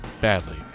badly